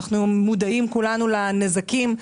אנו מודעים כולם לנזקים.